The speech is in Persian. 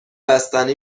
بستنی